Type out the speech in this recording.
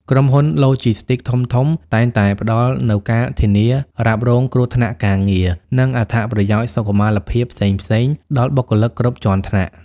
ក្រុមហ៊ុនឡូជីស្ទីកធំៗតែងតែផ្តល់នូវការធានារ៉ាប់រងគ្រោះថ្នាក់ការងារ និងអត្ថប្រយោជន៍សុខុមាលភាពផ្សេងៗដល់បុគ្គលិកគ្រប់ជាន់ថ្នាក់។